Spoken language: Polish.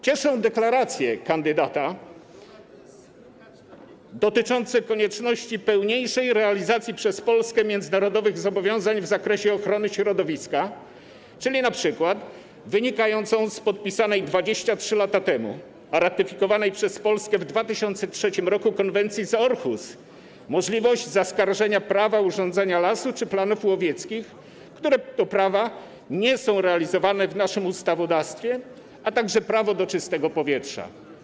Cieszą deklaracje kandydata dotyczące konieczności pełniejszej realizacji przez Polskę międzynarodowych zobowiązań w zakresie ochrony środowiska, czyli np. wynikającej z podpisanej 23 lata temu, a ratyfikowanej przez Polskę w 2003 r. konwencji z Aarhus możliwości zaskarżenia planów urządzenia lasu czy planów łowieckich, które to prawa nie są realizowane w naszym ustawodawstwie, a także prawa do czystego powietrza.